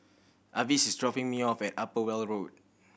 Avis is dropping me off at Upper Weld Road